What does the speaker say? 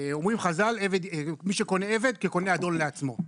אומרים חז"ל, מי שקונה עבד, כקונה אדון לעצמו.